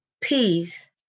peace